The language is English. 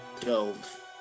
dove